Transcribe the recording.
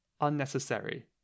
unnecessary